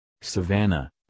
savannah